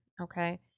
okay